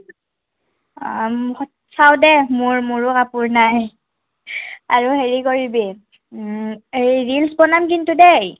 চাওঁ দে মোৰ মোৰো কাপোৰ নাই আৰু হেৰি কৰিবি এই ৰিলছ বনাম কিন্তু দেই